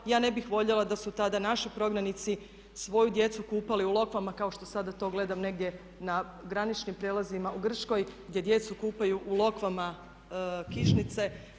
Ja ne bih voljela da su tada naši prognanici svoju djecu kupali u lokvama kao što sada to gledam negdje na graničnim prijelazima u Grčkoj gdje djecu kupaju u lokvama kišnice.